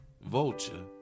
vulture